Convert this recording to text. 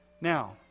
Now